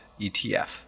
ETF